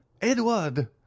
Edward